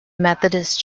methodist